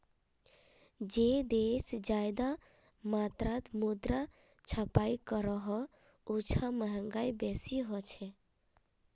जे देश ज्यादा मात्रात मुद्रा छपाई करोह उछां महगाई बेसी होछे